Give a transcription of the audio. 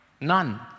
None